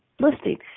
listing